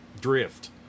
Drift